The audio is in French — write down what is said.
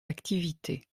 activités